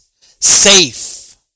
Safe